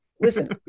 listen